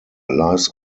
lies